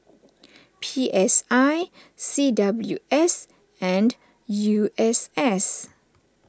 P S I C W S and U S S